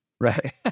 Right